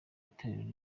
itorero